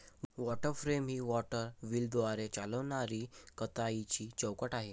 water frame ही water व्हीलद्वारे चालविणारी कताईची चौकट आहे